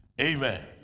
Amen